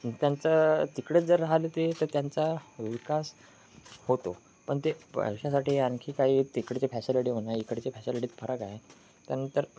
त्यांचा तिकडेच जर राहले ते तर त्यांचा विकास होतो पण ते पैशासाठी आणखी काही तिकडची फॅसिलिटी म्हणा इकडचे फॅसिलिटीत फरक आहे त्यानंतर